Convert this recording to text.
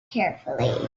carefully